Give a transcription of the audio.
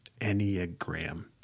Enneagram